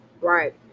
Right